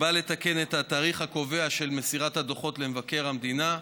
בא לתקן את התאריך הקובע של מסירת הדוחות למבקר המדינה.